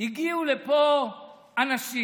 הגיעו לפה אנשים,